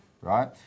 right